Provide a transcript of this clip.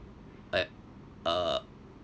at~ uh